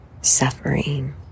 suffering